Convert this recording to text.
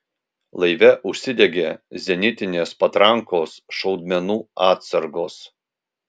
laive užsidegė zenitinės patrankos šaudmenų atsargos